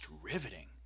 riveting